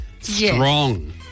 strong